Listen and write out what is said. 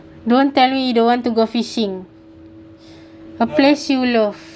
don't tell me you don't want to go fishing a place you love